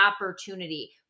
opportunity